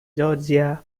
georgia